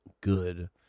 good